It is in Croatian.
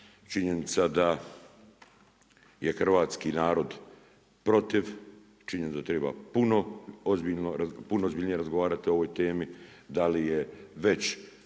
Činjenica da je hrvatski narod protiv, činjenica da treba puno ozbiljnije razgovarati o ovoj temi. Da li je već